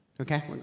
Okay